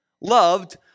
loved